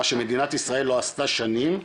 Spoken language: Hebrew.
מה שמדינת ישראל לא עשתה שנים ולשאלתך,